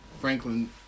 Franklin